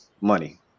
money